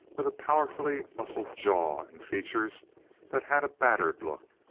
with a powerfully muscled jaw and features that had a battered look.